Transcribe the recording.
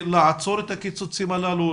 לעצור את הקיצוצים הללו,